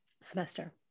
Semester